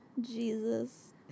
Jesus